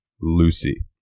Lucy